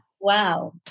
wow